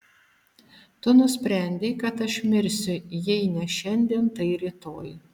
tu nusprendei kad aš mirsiu jei ne šiandien tai rytoj